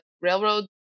railroad